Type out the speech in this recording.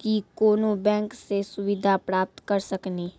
की कोनो बैंक से सुविधा प्राप्त करऽ सकनी?